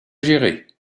gérer